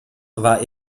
war